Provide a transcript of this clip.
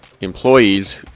employees